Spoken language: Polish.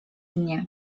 mnie